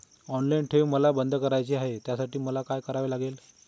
Online ठेव मला बंद करायची आहे, त्यासाठी काय करावे लागेल?